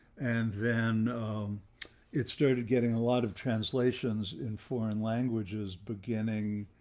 and then it started getting a lot of translations in foreign languages beginning